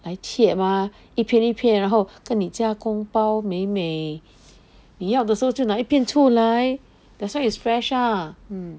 来切吗一片一片然后跟你加工包美美你要的时候就拿一片出来 that's why it's fresh lah